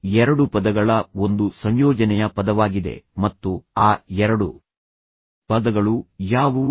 ಇದು ಎರಡು ಪದಗಳ ಒಂದು ಸಂಯೋಜನೆಯ ಪದವಾಗಿದೆ ಮತ್ತು ಆ ಎರಡು ಪದಗಳು ಯಾವುವು